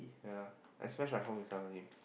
ya I smash my phone with Ka-Wei